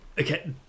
okay